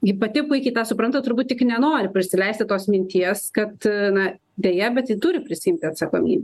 ji pati puikiai tą supranta turbūt tik nenori prisileisti tos minties kad na deja bet ji turi prisiimti atsakomy